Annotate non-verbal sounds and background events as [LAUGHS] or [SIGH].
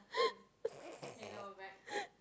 [LAUGHS]